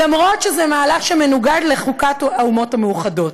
למרות שזה מהלך שמנוגד לחוקת האומות המאוחדות.